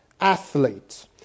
Athlete